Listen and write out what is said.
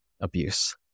abuse